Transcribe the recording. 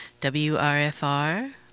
WRFR